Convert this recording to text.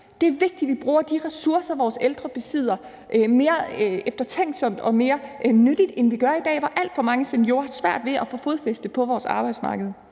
Det er vigtigt, at vi bruger de ressourcer, vores ældre besidder, mere eftertænksomt og mere nyttigt, end vi gør i dag, hvor alt for mange seniorer har svært ved at få fodfæste på vores arbejdsmarked.